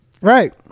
Right